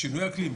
שינוי האקלים,